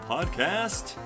Podcast